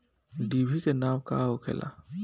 डिभी के नाव का होखेला?